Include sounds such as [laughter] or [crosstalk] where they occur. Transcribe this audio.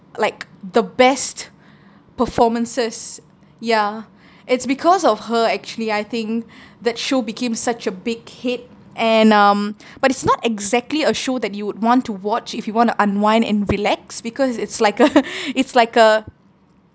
like the best performances ya it's because of her actually I think that show became such a big hit and um but it's not exactly a show that you would want to watch if you want to unwind and relax because it's like a [laughs] it's like a [noise]